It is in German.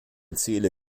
ziele